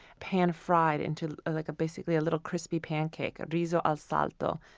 pan-fried into like basically a little, crispy pancake risotto al salto.